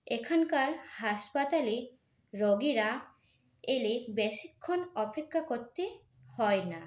এখানকার হাসপাতালে রোগীরা এলে বেশীক্ষণ অপেক্ষা করতে হয় না